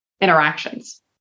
Interactions